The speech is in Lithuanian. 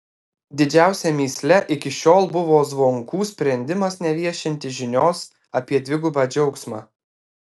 didžiausia mįsle iki šiol buvo zvonkų sprendimas neviešinti žinios apie dvigubą džiaugsmą